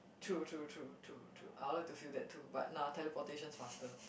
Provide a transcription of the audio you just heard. true true true true true I'll like to feel that too but nah teleportation is faster